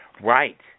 Right